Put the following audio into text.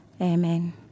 Amen